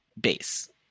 base